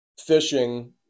fishing